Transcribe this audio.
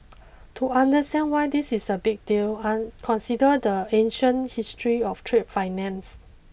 to understand why this is a big deal and consider the ancient history of trade finance